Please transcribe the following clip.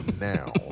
Now